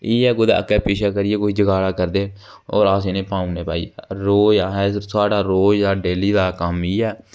इ'यां कोई अग्गें पिच्छें फिरियै कोई जगाड़ा करदे अस इ'नेंगी पाऊ उड़ने रोज आहें डेली दा कम्म इयै